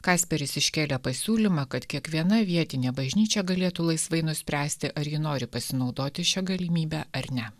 kasperis iškėlė pasiūlymą kad kiekviena vietinė bažnyčia galėtų laisvai nuspręsti ar ji nori pasinaudoti šia galimybe ar ne